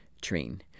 train